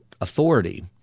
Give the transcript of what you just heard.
authority –